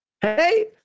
hey